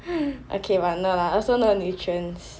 okay but no lah also no nutrients